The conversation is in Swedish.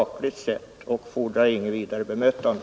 Den fordrar inget ytterligare bemötande.